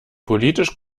politisch